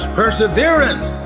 perseverance